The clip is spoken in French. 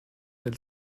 elle